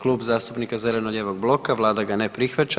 Klub zastupnika zeleno-lijevog bloka vlada ga ne prihvaća.